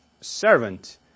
servant